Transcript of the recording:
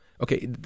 Okay